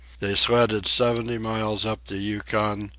they sledded seventy miles up the yukon,